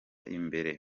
imbere